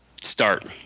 start